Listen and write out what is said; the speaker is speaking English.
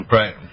right